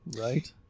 Right